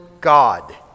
God